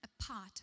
apart